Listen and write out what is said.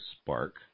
spark